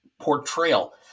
portrayal